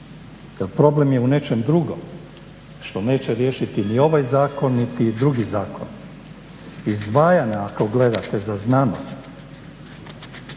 jer problem je u nečem drugom što neće riješiti ni ovaj zakon niti drugi zakon. Izdvajanja ako gledate za znanost